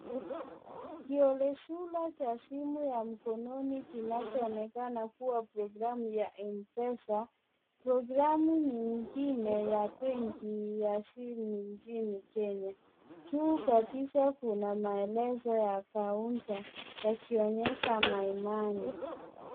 Kiolesura cha simu ya mkononi kinachoonekana kuwa programu ya M-Pesa, programu nyingine ya benki ya simu nchini Kenya. Juu kabisa kuna maelezo ya kaunta yakionyesha my money .